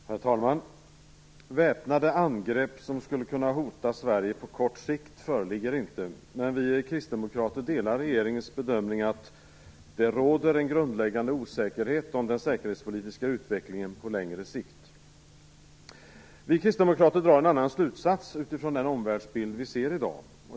Herr talman! Väpnade angrepp som skulle kunna hota Sverige på kort sikt föreligger inte, men vi kristdemokrater delar regeringens bedömning att det "råder en grundläggande osäkerhet om den säkerhetspolitiska utvecklingen på längre sikt". Vi kristdemokrater drar en annan slutsats utifrån den omvärldsbild vi ser i dag.